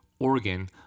organ